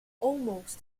almost